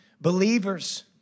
believers